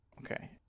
Okay